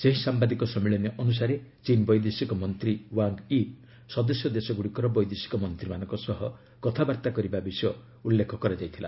ସେହି ସାମ୍ଘାଦିକ ସମ୍ମିଳନୀ ଅନୁସାରେ ଚୀନ୍ ବୈଦେଶିକ ମନ୍ତ୍ରୀ ୱାଙ୍ଗ୍ ୟି ସଦସ୍ୟ ଦେଶଗୁଡ଼ିକର ବୈଦେଶିକ ମନ୍ତ୍ରୀମାନଙ୍କ ସହ କଥାବାର୍ତ୍ତା କରିବା ବିଷୟ ଉଲ୍ଲେଖ କରାଯାଇଥିଲା